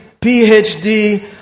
PhD